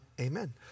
Amen